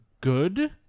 good